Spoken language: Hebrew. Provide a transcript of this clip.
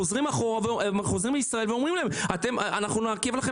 חוזרים לישראל ואומרים להם שיעכבו להם